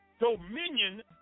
dominion